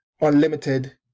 unlimited